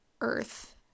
earth